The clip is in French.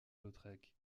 lautrec